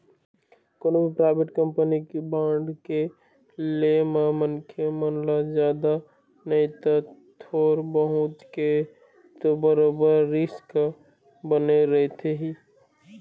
कोनो भी private company के बांड के ले म मनखे मन ल जादा नइते थोर बहुत के तो बरोबर रिस्क बने रहिथे ही